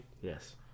Yes